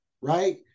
right